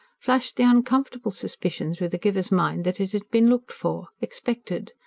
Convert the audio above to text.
flashed the uncomfortable suspicion through the giver's mind that it had been looked for, expected.